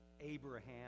Abraham